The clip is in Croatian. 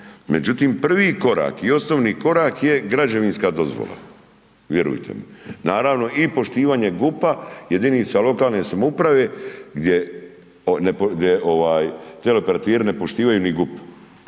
Međutim, prvi korak i osnovni korak je građevinska dozvola, vjerujte mi. Naravno i poštivanje GUP-a jedinica lokalne samouprave gdje ovaj teleoperateri nepoštivaju ni GUP.